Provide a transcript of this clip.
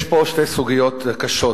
יש פה שתי סוגיות קשות.